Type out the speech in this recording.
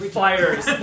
fires